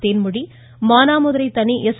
தேன்மொழி மானாமதுரை தனி எஸ்